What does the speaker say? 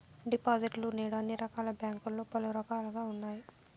డిపాజిట్లు నేడు అన్ని రకాల బ్యాంకుల్లో పలు రకాలుగా ఉన్నాయి